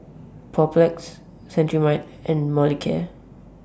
Papulex Cetrimide and Molicare